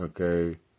okay